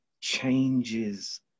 changes